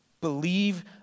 believe